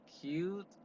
cute